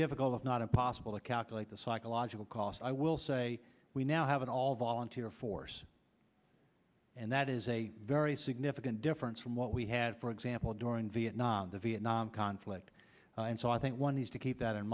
difficult if not impossible to calculate the psychological cost i will say we now have an all volunteer force and that is a very significant difference from what we had for example during vietnam the vietnam conflict and so i think one has to keep that in